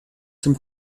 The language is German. zum